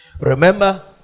Remember